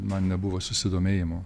man nebuvo susidomėjimo